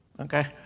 Okay